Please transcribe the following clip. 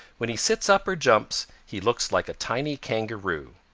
when he sits up or jumps he looks like a tiny kangaroo.